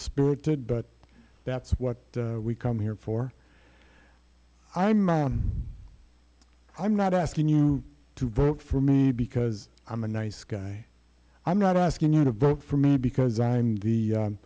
spirited but that's what we come here for i my i am not asking you to vote for me because i'm a nice guy i'm not asking you to vote for me because i'm